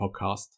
Podcast